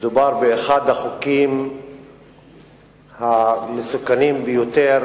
מדובר באחד החוקים המסוכנים ביותר